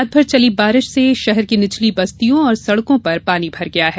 रात भर चली बारिश से शहर की निचली बस्तियों और सड़कों पर पानी भर गया है